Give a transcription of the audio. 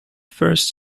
first